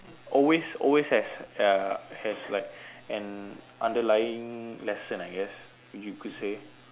always always has uh has like an underlying lesson I guess you could say